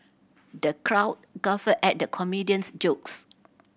the crowd guffawed at the comedian's jokes